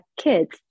kids